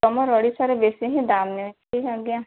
ତୁମର ଓଡ଼ିଶାରେ ବେଶୀ ହିଁ ଦାମ ନେଉଛି ଆଜ୍ଞା